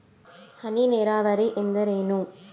ಹನಿ ನೇರಾವರಿ ಎಂದರೇನು?